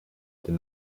der